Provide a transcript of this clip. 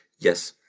yes.